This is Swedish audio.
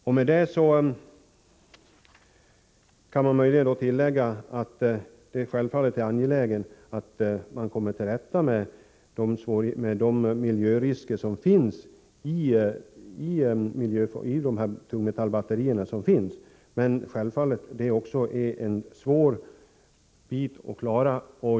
Till detta kan tilläggas att det självfallet är angeläget att man kommer till rätta med de miljörisker som är förknippade med de tungmetallbatterier som i dag finns, men givetvis är det en svår uppgift.